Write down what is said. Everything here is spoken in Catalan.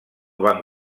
van